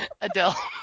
Adele